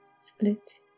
Split